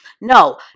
No